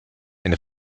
and